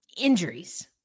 Injuries